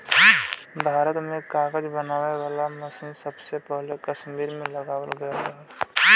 भारत में कागज बनावे वाला मसीन सबसे पहिले कसमीर में लगावल गयल रहल